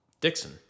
Dixon